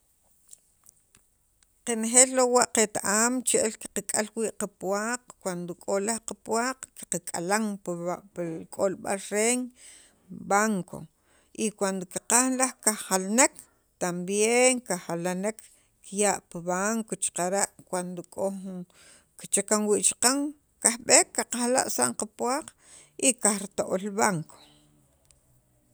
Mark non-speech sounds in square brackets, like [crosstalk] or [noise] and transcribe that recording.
[noise] qenejeel lowa' qet- am che'el kak'al wii' qapuwaq cuando k'o laj qapuwaq pil ban pil k'olb'al qeen banco y cuando qaqaj laj kajjalnek tambien kajalnek kiya' pi banco xaqara' cuando k'o jun kichakan wii' chaqan kajb'eek qaqja'la' saqa'n qapuwaq y kajrita'ool banco [noise]